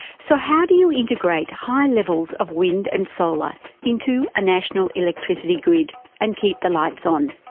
so how do you integrate high levels of wind and solar into a national electricity grid and keep the lights on?